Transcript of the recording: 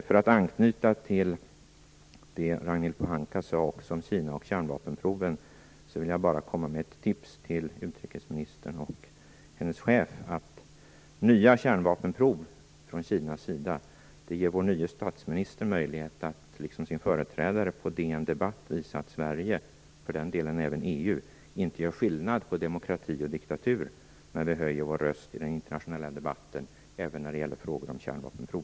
För att anknyta till det som Ragnhild Pohanka sade om Kina och kärnvapenproven vill jag bara ge ett tips till utrikesministern och hennes chef: Nya kärnvapenprov från Kinas sida ger vår nye statsminister möjlighet att, liksom hans företrädare gjorde på DN debatt, visa att inte Sverige och för den delen inte heller EU gör skillnad på demokrati och diktatur när vi höjer vår röst i den internationella debatten, även när det gäller frågor om kärnvapenprov.